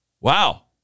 Wow